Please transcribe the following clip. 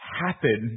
happen